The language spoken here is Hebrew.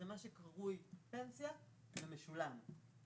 מה שקרוי פנסיה למשולם.